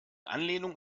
anlehnung